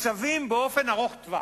מתוקצבים באופן ארוך טווח.